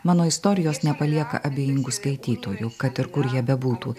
mano istorijos nepalieka abejingų skaitytojų kad ir kur jie bebūtų